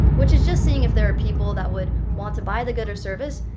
which is just seeing if there are people that would want to buy the good or service,